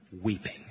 weeping